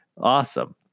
Awesome